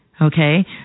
Okay